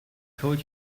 told